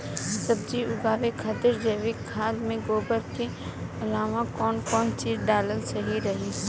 सब्जी उगावे खातिर जैविक खाद मे गोबर के अलाव कौन कौन चीज़ डालल सही रही?